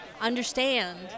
understand